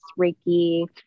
Reiki